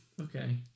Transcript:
Okay